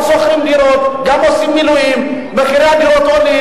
קובע הסדרים מיוחדים ביחס לחברות ציבוריות.